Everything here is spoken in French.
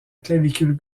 clavicule